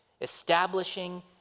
establishing